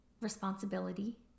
responsibility